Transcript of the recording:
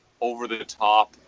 over-the-top